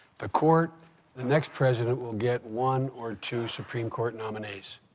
the court the next president will get one or two supreme court nominees.